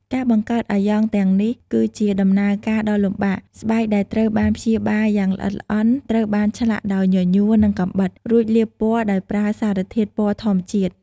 ការបង្កើតអាយ៉ងទាំងនេះ គឺជាដំណើរការដ៏លំបាក៖ ស្បែកដែលត្រូវបានព្យាបាលយ៉ាងល្អិតល្អន់ ត្រូវបានឆ្លាក់ដោយញញួរ និងកាំបិត រួចលាបពណ៌ដោយប្រើសារធាតុពណ៌ធម្មជាតិ។